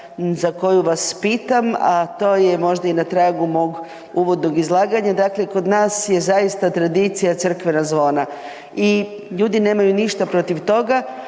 za koju vas pitam, a to je možda i na tragu mog uvodnog izlaganja, dakle kod nas je zaista tradicija crkvena zvona. I ljudi nemaju ništa protiv toga,